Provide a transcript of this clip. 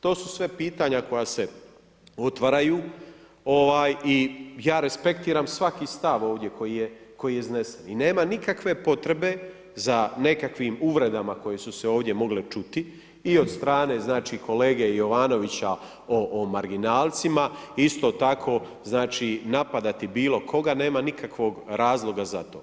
To su sve pitanja koja se otvaraju i ja respektiram svaki stav ovdje koje iznesen i nema nikakve potrebe za nekakvim uvredama koje su se ovdje mogle čuti i od strane kolege Jovanovića o marginalcima, isto tako napadati bilokoga, nema nikakvog razloga za to.